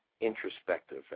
introspective